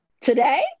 Today